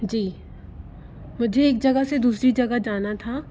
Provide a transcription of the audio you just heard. जी मुझे एक जगह से दूसरी जगह जाना था